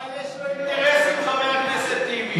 אבל יש לו אינטרסים, חבר הכנסת טיבי.